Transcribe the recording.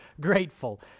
grateful